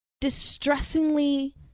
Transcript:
distressingly